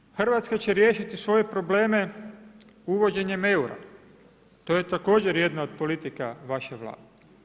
Kažete Hrvatska će riješiti svoje probleme uvođenjem eura, to je također jedna od politika vaše Vlade.